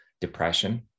depression